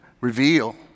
reveal